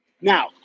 Now